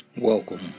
Welcome